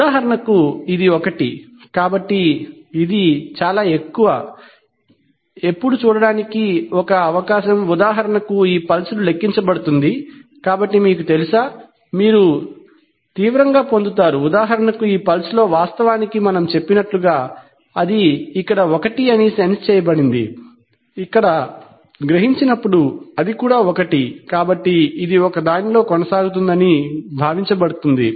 ఉదాహరణకు ఇది ఒకటి కాబట్టి ఇది చాలా ఎక్కువ ఎప్పుడు చూడటానికి ఒక అవకాశం ఉదాహరణకు ఈ పల్స్ లెక్కించబడుతుంది కాబట్టి మీకు తెలుసా మీరు తీవ్రంగా పొందుతారు ఉదాహరణకు ఈ పల్స్ లో వాస్తవానికి మనము చెప్పినట్టుగా అది ఇక్కడ ఒకటి అని సెన్స్ చేయబడింది ఇక్కడ గ్రహించినప్పుడు అది కూడా ఒకటి కాబట్టి ఇది ఒక దానిలో కొనసాగిందని భావించబడుతుంది